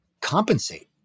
compensate